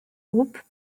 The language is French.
groupe